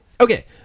okay